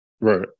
right